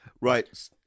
Right